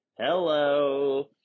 Hello